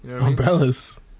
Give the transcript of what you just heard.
Umbrellas